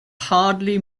hardly